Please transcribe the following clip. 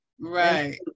Right